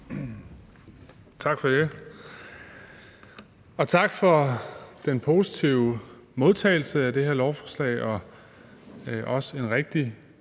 Tak for det. Tak for den positive modtagelse af det her lovforslag og også en rigtig